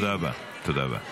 תודה רבה, תודה רבה.